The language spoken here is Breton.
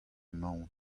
emaon